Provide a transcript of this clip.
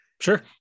Sure